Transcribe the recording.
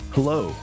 Hello